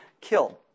killed